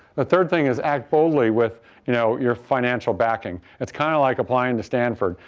the third thing is act boldly with you know your financial backing. that's kind of like applying to stanford.